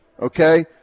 okay